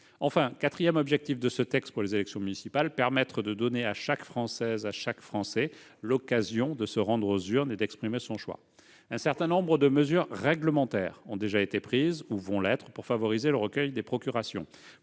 juin. Quatrième objectif de ce texte concernant les élections municipales : donner à chaque Française et à chaque Français l'occasion de se rendre aux urnes et d'exprimer son choix. Un certain nombre de mesures réglementaires ont déjà été prises ou vont l'être pour favoriser le recueil des procurations,